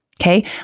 Okay